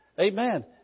Amen